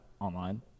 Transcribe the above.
online